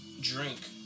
drink